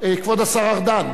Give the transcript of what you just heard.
כבוד השר ארדן,